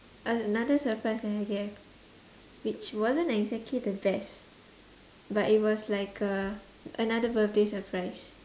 uh another surprise that I gave which wasn't exactly the best but it was like a another birthday surprise